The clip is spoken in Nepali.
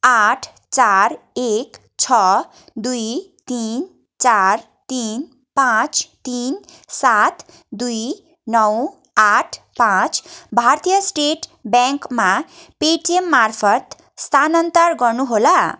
आठ चार एक छ दुई तिन चार तिन पाँच तिन सात दुई नौ आठ पाँच भारतीय स्टेट ब्याङ्कमा पेटिएम मार्फत् स्थानान्तर गर्नुहोला